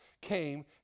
came